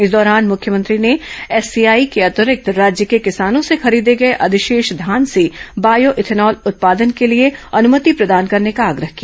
इस दौरान मुख्यमंत्री ने एफसीआई के अतिरिक्त राज्य के किसानों से खरीदे गए अधिशेष धान से बायो इथेनॉल उत्पादन के लिए अनुमति प्रदान करने का आग्रह किया